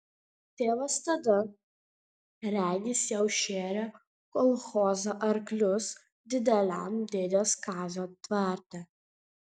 tėvas tada regis jau šėrė kolchozo arklius dideliam dėdės kazio tvarte